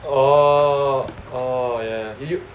orh orh ya ya